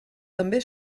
també